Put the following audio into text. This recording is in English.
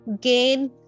gain